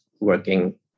working